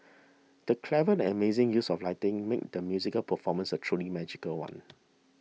the clever and amazing use of lighting made the musical performance a truly magical one